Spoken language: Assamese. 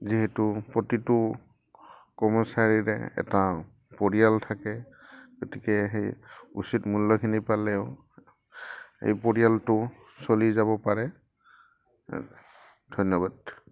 যিহেতু প্ৰতিটো কৰ্মচাৰীৰে এটা পৰিয়াল থাকে গতিকে সেই উচিত মূল্যখিনি পালেও এই পৰিয়ালটো চলি যাব পাৰে ধন্যবাদ